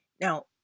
Now